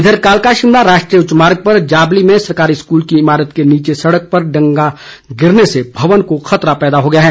इधर कालका शिमला राष्ट्रीय उच्च मार्ग पर जाबली में सरकारी स्कूल की ईमारत के नीचे सड़क पर लगा डंगा गिरने से भवन को खतरा हो गया है